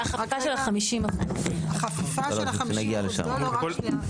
החפיפה של ה-50%, לא, לא, רק שנייה.